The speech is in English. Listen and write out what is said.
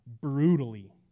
brutally